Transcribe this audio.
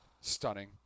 Stunning